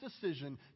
decision